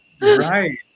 Right